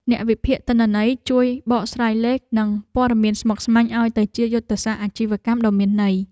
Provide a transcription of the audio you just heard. អ្នកវិភាគទិន្នន័យជួយបកស្រាយលេខ និងព័ត៌មានស្មុគស្មាញឱ្យទៅជាយុទ្ធសាស្ត្រអាជីវកម្មដ៏មានន័យ។